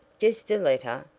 just a letter,